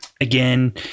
again